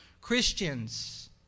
Christians